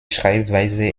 schreibweise